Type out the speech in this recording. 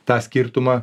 tą skirtumą